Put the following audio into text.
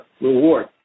reward